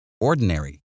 ordinary